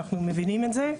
אנחנו מבינים את זה.